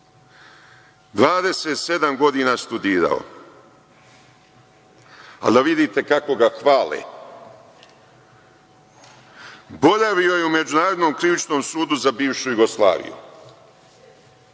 27 godina studirao, ali da vidite kako ga hvale. Boravio je u Međunarodnom krivičnom sudu za bivšu Jugoslaviju,